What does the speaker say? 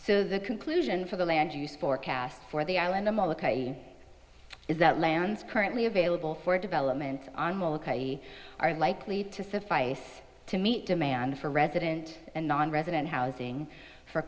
so the conclusion for the land use forecast for the island is that lands currently available for development are likely to suffice to meet demand for resident and nonresident housing for